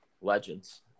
legends